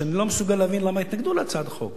ואני לא מסוגל להבין למה התנגדו להצעת חוק